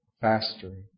faster